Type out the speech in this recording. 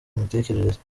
mitekerereze